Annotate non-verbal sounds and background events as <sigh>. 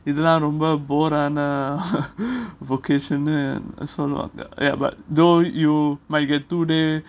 இது தான் ரொம்ப போர் ஆனா:idhuthan romba bore ana <laughs> vocation னு சொல்வாங்க:nu solvanga ya but though you might get two day